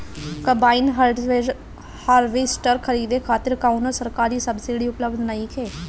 Combine harvester खरीदे खातिर कउनो सरकारी सब्सीडी उपलब्ध नइखे?